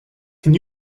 can